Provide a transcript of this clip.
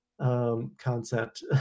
concept